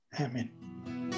Amen